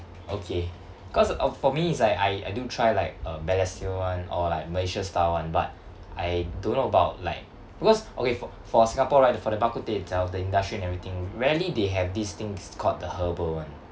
okay cause uh for me is Iike I I do try like uh balestier one or like malaysia style [one] but I don't know about like because okay for for singapore right for the bak kut teh itself the industry and everything rarely they have these things called the herbal [one]